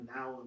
Now